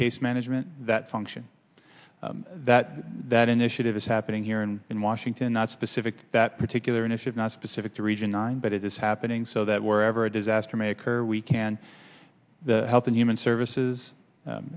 case management that function that that initiative is happening here and in washington not specific to that particular initiative not specific to region nine but it is happening so that wherever a disaster may occur we can the health and human services